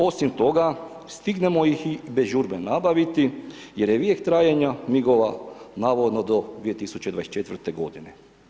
Osim toga stignemo ih i bez žurbe nabaviti jer je vijek trajanja MIG-ova navodno do 2024. godine.